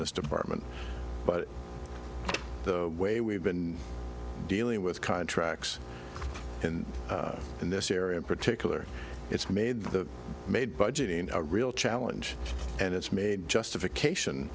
this department but the way we've been dealing with contracts and in this area in particular it's made the made budgeting a real challenge and it's made justification